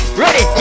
ready